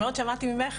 מאוד שמעתי ממך,